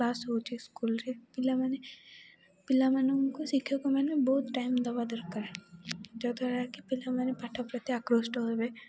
class ହେଉଛି ସ୍କୁଲରେ ପିଲାମାନେ ପିଲାମାନଙ୍କୁ ଶିକ୍ଷକମାନେ ବହୁତ ଟାଇମ୍ ଦେବା ଦରକାର ଯଦ୍ଵାରାକି ପିଲାମାନେ ପାଠ ପ୍ରତି ଆକୃଷ୍ଟ ହେବେ